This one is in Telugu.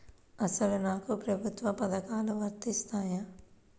అసలు నాకు ప్రభుత్వ పథకాలు వర్తిస్తాయా?